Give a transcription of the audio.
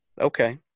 Okay